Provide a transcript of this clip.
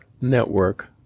network